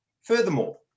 Furthermore